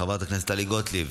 חברת הכנסת טלי גוטליב,